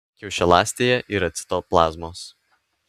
kiaušialąstėje yra citoplazmos